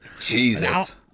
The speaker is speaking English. Jesus